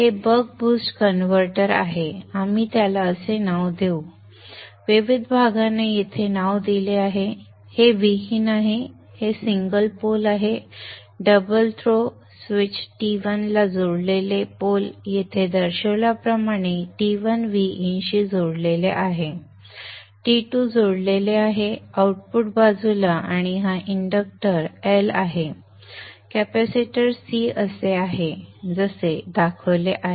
हे buck boost converter आहे आपण त्याला असे नाव देऊ विविध भागांना येथे नाव दिले आहे हे Vin आहे हे सिंगल पोल आहे डबल थ्रो स्विच T1 ला जोडलेले पोल येथे दर्शविल्याप्रमाणे T1 Vin शी जोडलेले आहे T2 जोडलेले आहे आउटपुट बाजूला आणि हा इंडक्टर L आहे कॅपेसिटर C असे आहे जसे रेफर वेळ 0657 दाखवले आहे